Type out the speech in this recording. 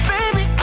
Baby